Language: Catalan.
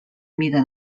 mida